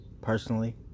personally